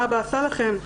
מה אבא עשה לכם?